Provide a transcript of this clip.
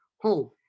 home